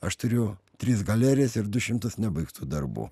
aš turiu tris galerijas ir du šimtus nebaigtų darbų